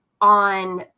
on